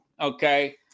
okay